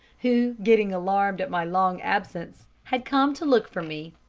who, getting alarmed at my long absence, had come to look for me.